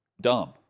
Dumb